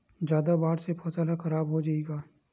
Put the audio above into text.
जादा बाढ़ से फसल ह खराब हो जाहि का?